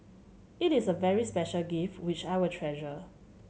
it is a very special gift which I will treasure